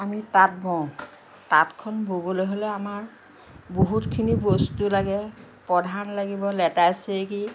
আমি তাঁত বওঁ তাঁতখন ব'বলৈ হ'লে আমাৰ বহুতখিনি বস্তু লাগে প্ৰধান লাগিব লেতাই চেৰেকী